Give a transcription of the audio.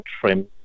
trim